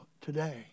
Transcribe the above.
today